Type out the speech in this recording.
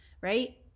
right